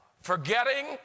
forgetting